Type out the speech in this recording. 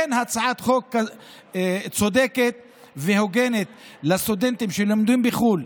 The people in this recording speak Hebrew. אין הצעת חוק צודקת והוגנת לסטודנטים שלומדים בחו"ל,